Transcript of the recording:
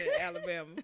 Alabama